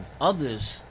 others